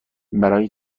برای